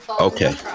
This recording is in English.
Okay